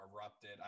erupted